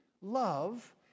love